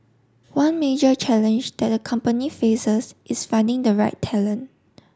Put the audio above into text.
one major challenge that the company faces is finding the right talent